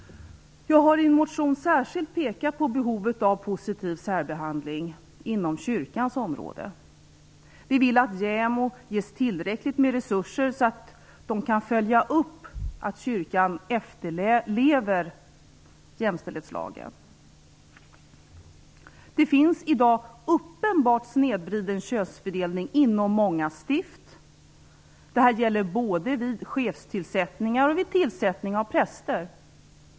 Jag har i en motion särskilt pekat på behovet av positiv särbehandling inom kyrkans område. Vi vill att JämO ges tillräckligt med resurser för att kunna följa upp hur kyrkan efterlever jämställdhetslagen. Det finns i dag en uppenbart snedvriden könsfördelning inom många stift. Det gäller både vid chefstillsättningar och vid tillsättning av präster.